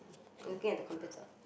I'm looking at the computer